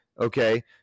okay